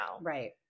Right